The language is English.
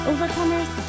Overcomers